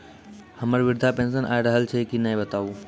हमर वृद्धा पेंशन आय रहल छै कि नैय बताबू?